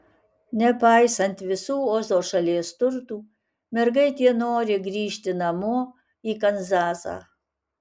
nepaisant visų ozo šalies turtų mergaitė nori grįžti namo į kanzasą